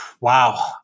Wow